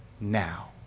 now